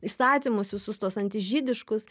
įstatymus visus tuos anti žydiškus